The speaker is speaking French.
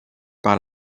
par